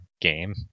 game